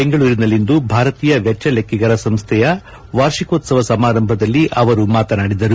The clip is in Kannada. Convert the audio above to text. ಬೆಂಗಳೂರಿನಲ್ಲಿಂದು ಭಾರತೀಯ ವೆಜ್ಜ ಲೆಕ್ಕಿಗರ ಸಂಸ್ಥೆಯ ವಾರ್ಷಿಕೋತ್ಲವ ಸಮಾರಂಭದಲ್ಲಿ ಅವರು ಮಾತನಾಡಿದರು